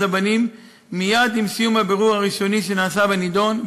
לבנים" מייד עם סיום הבירור הראשוני שנעשה בנדון,